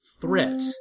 threat